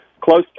close